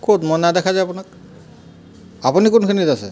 ক'ত মই নাই দেখা যে আপোনাক আপুনি কোনখিনিত আছে